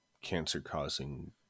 cancer-causing